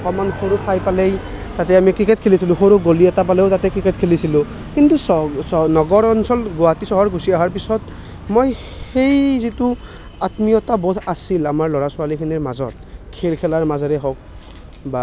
অকণমান সৰু ঠাই পালেই তাতে আমি ক্ৰিকেট খেলিছিলোঁ সৰু গলি এটা পালেও তাতে ক্ৰিকেট খেলিছিলোঁ কিন্তু নগৰ অঞ্চল গুৱাহাটী চহৰ গুচি অহাৰ পিছত মই সেই যিটো আত্মীয়তাবোধ আছিল আমাৰ ল'ৰা ছোৱালীখিনিৰ মাজত খেল খেলাৰ মাজেৰে হওক